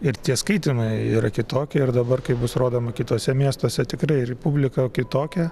ir tie skaitymai yra kitokie ir dabar kai bus rodoma kituose miestuose tikrai ir publika kitokia